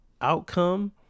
outcome